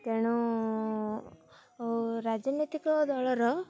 ତେଣୁ ରାଜନୈତିକ ଦଳର